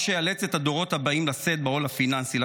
מה שיאלץ את הדורות הבאים לשאת בעול הפיננסי.